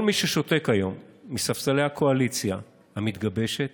כל מי ששותק היום מספסלי הקואליציה המתגבשת